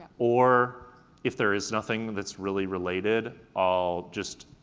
or if there's nothing that's really related, i'll just,